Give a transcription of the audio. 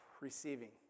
receiving